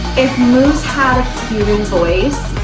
if moose had a human voice,